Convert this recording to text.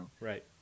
Right